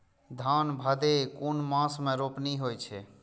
धान भदेय कुन मास में रोपनी होय छै?